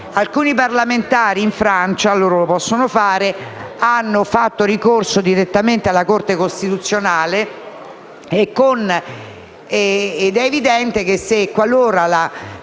Alcuni parlamentari in Francia - loro lo possono fare - hanno fatto ricorso direttamente alla Corte costituzionale ed è evidente che, qualora la